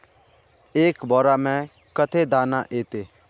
एक बोड़ा में कते दाना ऐते?